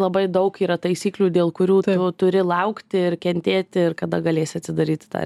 labai daug yra taisyklių dėl kurių tu turi laukti ir kentėti ir kada galėsi atsidaryti tą